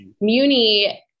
Muni